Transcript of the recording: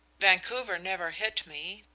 vancouver never hit me,